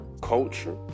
culture